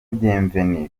bienvenue